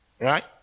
Right